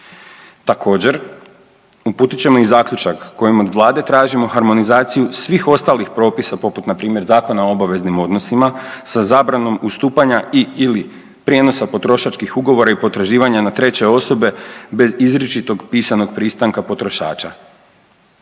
Također uputit ćemo i zaključak kojim od vlade tražimo harmonizaciju svih ostalih propisa poput npr. Zakona o obaveznim odnosima sa zabranom ustupanja i/ili prijenosa potrošačkim ugovora i potraživanja na treće osobe bez izričitog pisanog pristanka potrošača.